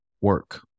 work